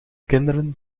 kinderen